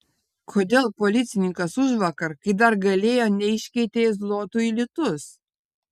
kodėl policininkas užvakar kai dar galėjo neiškeitė zlotų į litus